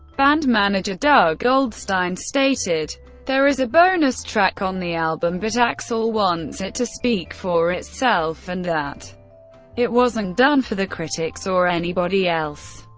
band manager doug goldstein stated there is a bonus track on the album, but axl wants it to speak for itself, and that it wasn't done for the critics or anybody else.